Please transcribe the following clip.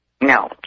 No